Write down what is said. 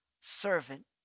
servant